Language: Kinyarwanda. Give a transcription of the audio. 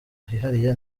hihariye